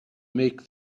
make